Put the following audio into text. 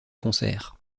concert